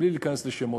בלי להיכנס לשמות,